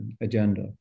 agenda